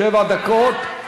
שבע דקות.